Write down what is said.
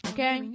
Okay